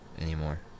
anymore